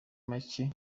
make